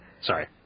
Sorry